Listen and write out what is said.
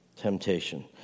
temptation